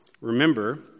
Remember